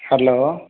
hello